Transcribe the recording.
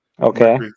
okay